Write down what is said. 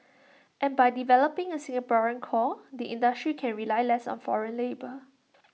and by developing A Singaporean core the industry can rely less on foreign labour